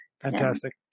Fantastic